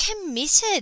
committed